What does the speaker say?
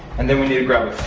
and then we need to grab a